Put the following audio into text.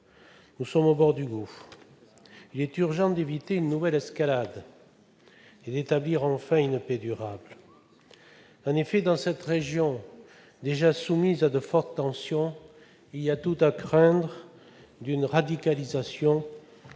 Nous sommes au bord du gouffre. Il est urgent d'éviter une nouvelle escalade et d'établir enfin une paix durable. En effet, dans cette région déjà soumise à de fortes tensions, il y a tout à craindre d'une radicalisation et